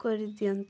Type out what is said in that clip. କରି ଦିଅନ୍ତୁ